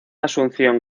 asunción